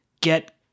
get